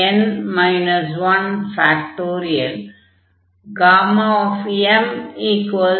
என்று பார்த்தோம்